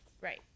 Right